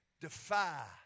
defy